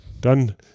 Dann